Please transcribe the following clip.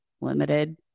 limited